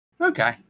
Okay